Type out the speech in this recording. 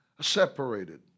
Separated